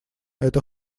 это